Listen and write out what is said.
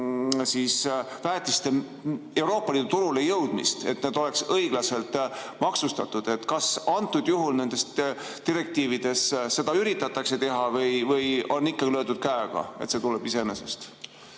pärit väetiste Euroopa Liidu turule jõudmist, et need oleksid õiglaselt maksustatud. Kas antud juhul nendes direktiivides üritatakse seda teha või on löödud käega, et see tuleb iseenesest?